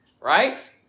Right